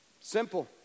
Simple